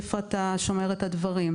איפה אתה שומר את הדברים,